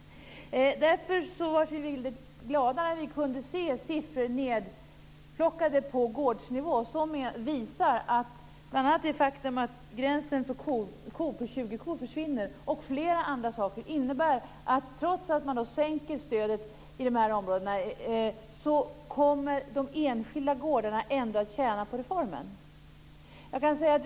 Vi blev väldigt glada när vi fick på gårdsnivå framtagna siffror som visar att gränsen för 20 kor försvinner. Också flera andra saker gör att de enskilda gårdarna trots att man sänker stödet i de här områdena kommer att tjäna på reformen.